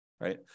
right